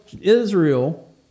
Israel